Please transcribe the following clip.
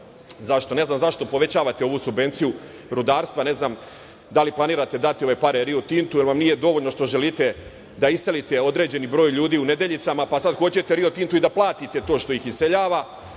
ne znam zašto povećavate ovu subvenciju rudarstva, ne znam da li planirate dati ove pare Rio Tintu, jer vam nije dovoljno što ne želite da iselite određeni broj ljudi u Nedeljicama, pa sad hoćete Rio Tintu da platite to što ih iseljava.